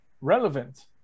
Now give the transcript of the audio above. relevant